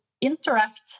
interact